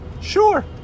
sure